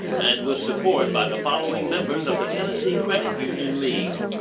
and with support by the following members of the tennessee credit union league.